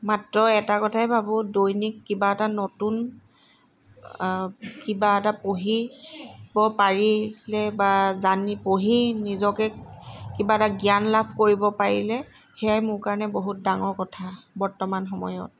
মাত্ৰ এটা কথাই ভাৱোঁ দৈনিক কিবা এটা নতুন কিবা এটা পঢ়িব পাৰিলে বা জানি পঢ়ি নিজকে কিবা এটা জ্ঞান লাভ কৰিব পাৰিলে সেয়াই মোৰ কাৰণে বহুত ডাঙৰ কথা বৰ্তমান সময়ত